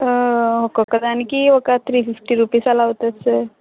ఒకొక్కదానికి ఒక three fifty rupees అలా అవుతుంది సార్